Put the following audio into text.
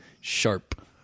Sharp